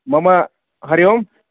मम हरिः ओम्